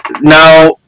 now